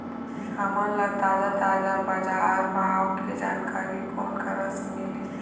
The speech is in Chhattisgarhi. हमन ला ताजा ताजा बजार भाव के जानकारी कोन करा से मिलही?